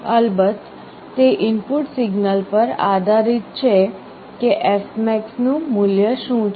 અલબત્ત તે input signal પર આધારિત છે કે fmax નું મૂલ્ય શું છે